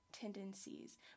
tendencies